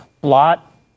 blot